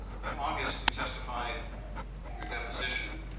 in august, you testified at your deposition,